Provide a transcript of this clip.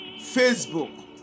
facebook